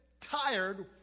tired